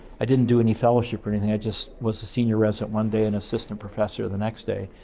i didn't do any fellowship or anything, i just was a senior resident one day and assistant professor the next day.